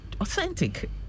authentic